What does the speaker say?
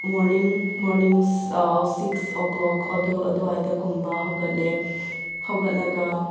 morning mornings six o'clock ꯑꯗꯨ ꯑꯗ꯭ꯋꯥꯏꯗꯒꯨꯝꯕ ꯍꯧꯒꯠꯂꯦ ꯍꯧꯒꯠꯂꯒ